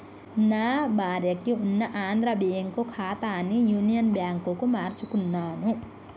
నా భార్యకి ఉన్న ఆంధ్రా బ్యేంకు ఖాతాని యునియన్ బ్యాంకుకు మార్పించుకున్నాను